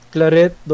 Claret